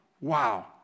Wow